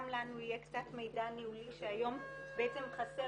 גם לנו יהיה קצת מידע ניהולי שהיום בעצם חסר